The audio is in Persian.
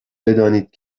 بدانید